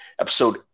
Episode